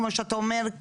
כמו שאתה אומר,